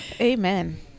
Amen